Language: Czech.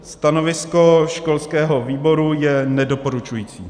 Stanovisko školského výboru je nedoporučující.